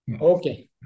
Okay